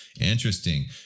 Interesting